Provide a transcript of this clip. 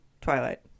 twilight